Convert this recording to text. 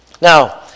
Now